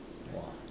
!wah!